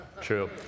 true